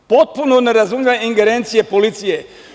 Potpuno nerazumljive ingerencije policije.